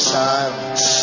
silence